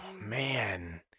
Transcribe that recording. man